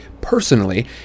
personally